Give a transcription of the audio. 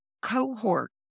cohort